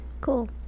Cool